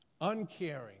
uncaring